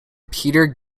peter